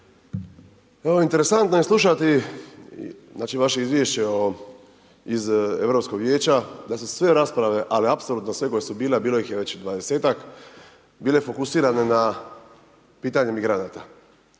interesantno je slušati znači vaše izvješće iz Europskog vijeća, da su sve rasprave, ali apsolutno sve koje su bile, a bilo ih je već 20-tak, bilo fokusirane na pitanje migranata.